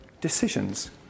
decisions